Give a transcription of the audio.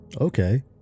Okay